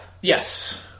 Yes